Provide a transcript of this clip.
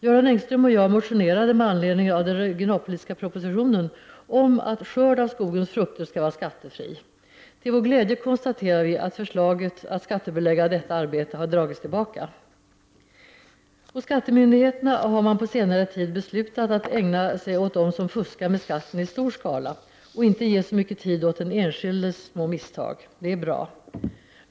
Göran Engström och jag motionerade med anledning av den regionalpolitiska propositionen om att skörd av skogens frukter skall vara skattefri. Till vår glädje konstaterar vi att förslaget att skattebelägga detta arbete har dragits tillbaka. Hos skattemyndigheterna har man på senare tid beslutat att ägna sig åt dem som fuskar med skatten i stor skala och inte ge så mycket tid åt den enskildes små misstag. Det är bra.